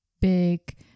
big